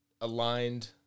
aligned